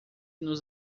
nos